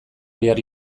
bihar